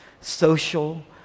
social